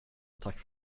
tack